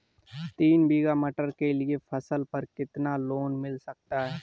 तीन बीघा मटर के लिए फसल पर कितना लोन मिल सकता है?